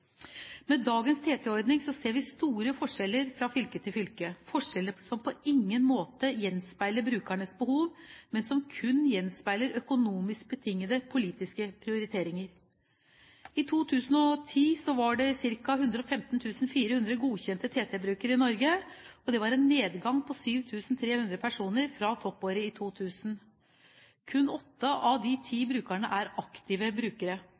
Med dagens TT-ordning ser vi store forskjeller fra fylke til fylke – forskjeller som på ingen måte gjenspeiler brukernes behov, men som kun gjenspeiler økonomisk betingede politiske prioriteringer. I 2010 var det ca. 115 400 godkjente TT-brukere i Norge. Det var en nedgang på 7 300 personer fra «toppåret» 2000. Kun åtte av ti er aktive brukere.